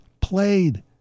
played